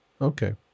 Okay